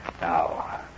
Now